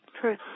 True